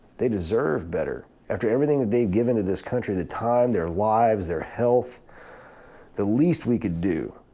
they deserve better. after everything that they've given to this country their time, their lives, their health the least we could do